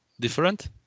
Different